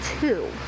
two